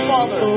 Father